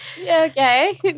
Okay